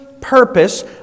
purpose